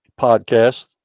podcast